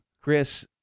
Chris